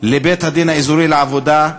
לבית-הדין האזורי לעבודה,